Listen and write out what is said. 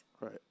Right